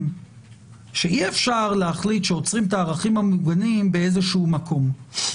שאי אפשר להחליט שעוצרים את הערכים המוגנים באיזשהו מקום.